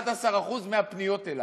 11% מהפניות אליו.